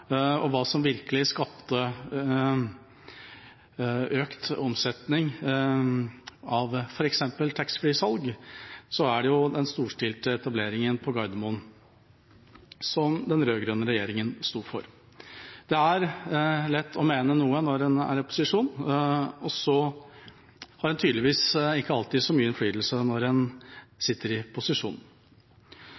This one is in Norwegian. og hva som virkelig skapte økt omsetning, f.eks. taxfree-salg, er det jo den storstilte etableringen på Gardermoen, som den rød-grønne regjeringa sto for. Det er lett å mene noe når en er i opposisjon, og så har en tydeligvis ikke alltid så mye innflytelse når en sitter i